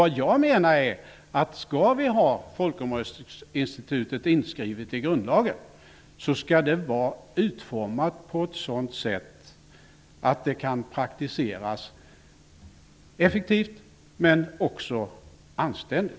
Det jag menar är att om vi skall ha folkomröstningsinstitutet inskrivet i grundlagen, skall det vara utformat på ett sådant sätt att det kan praktiseras effektivt, men också anständigt.